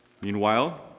Meanwhile